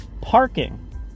Parking